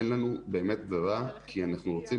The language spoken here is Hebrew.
אין לנו באמת ברירה כי אנחנו רוצים